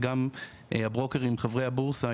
וגם של הברוקרים חברי הבורסה,